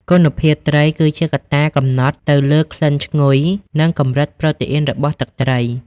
គុណភាពត្រី គឺជាកត្តាកំណត់ទៅលើក្លិនឈ្ងុយ និងកម្រិតប្រូតេអ៊ីនរបស់ទឹកត្រី។